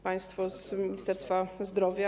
Państwo z Ministerstwa Zdrowia!